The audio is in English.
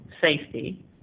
safety